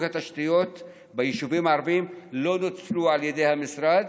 התשתיות ביישובים הערביים לא נוצלו על ידי המשרד,